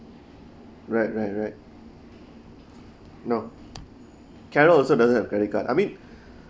right right right no carol also doesn't have credit card I mean